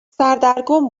سردرگم